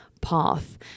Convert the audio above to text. path